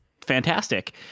fantastic